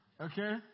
okay